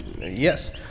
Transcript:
yes